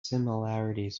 similarities